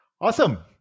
Awesome